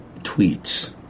tweets